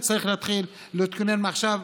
וצריך להתחיל להתכונן מעכשיו.